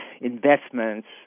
investments